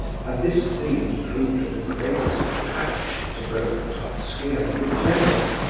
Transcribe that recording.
and this theme proved of the greatest attraction to both totski and the general.